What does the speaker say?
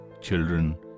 children